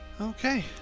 okay